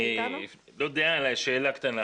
שאלה קטנה.